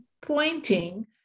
pointing